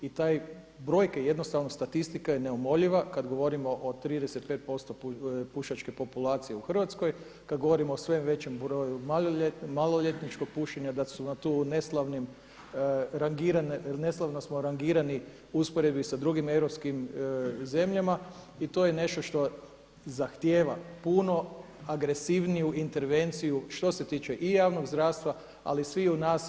I te brojke, jednostavno statistika je neumoljiva kad govorimo o 35% pušačke populacije u Hrvatskoj, kad govorimo o sve većem broju maloljetničkog pušenja, da su tu neslavno smo rangirani u usporedbi sa drugim europskim zemljama i to je nešto što zahtijeva puno agresivniju intervenciju što se tiče i javnog zdravstva, ali i sviju nas.